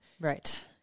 Right